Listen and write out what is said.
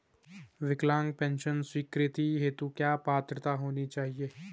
विकलांग पेंशन स्वीकृति हेतु क्या पात्रता होनी चाहिये?